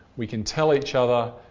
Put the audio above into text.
we can tell each other,